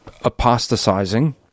apostatizing